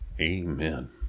Amen